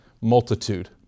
multitude